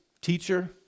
teacher